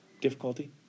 Difficulty